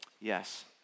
yes